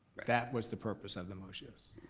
that was the purpose of the motion. yes.